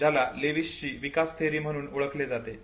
ज्याला लेविसची विकास थिअरी म्हणून ओळखले जाते